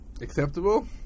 acceptable